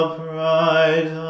pride